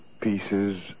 pieces